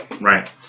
right